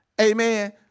Amen